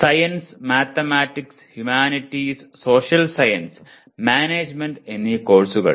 science mathematics humanities social science management എന്നീ കോഴ്സുകൾ